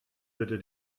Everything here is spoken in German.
bitte